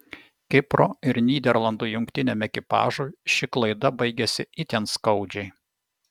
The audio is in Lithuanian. kipro ir nyderlandų jungtiniam ekipažui ši klaida baigėsi itin skaudžiai